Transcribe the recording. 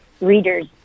readers